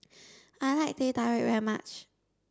I like Teh Tarik very much